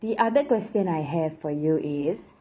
the other question I have for you is